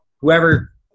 whoever